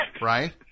right